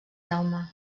jaume